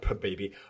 baby